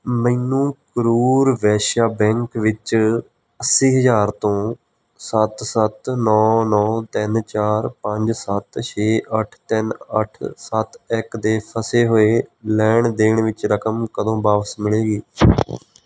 ਮੈਨੂੰ ਕਰੂਰ ਵੈਸ਼ਿਆ ਬੈਂਕ ਵਿੱਚ ਅੱਸੀ ਹਜ਼ਾਰ ਤੋਂ ਸੱਤ ਸੱਤ ਨੌਂ ਨੌਂ ਤਿੰਨ ਚਾਰ ਪੰਜ ਸੱਤ ਛੇ ਅੱਠ ਤਿੰਨ ਅੱਠ ਸੱਤ ਇੱਕ ਦੇ ਫਸੇ ਹੋਏ ਲੈਣ ਦੇਣ ਵਿੱਚ ਰਕਮ ਕਦੋਂ ਵਾਪਸ ਮਿਲੇਗੀ